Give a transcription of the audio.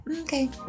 Okay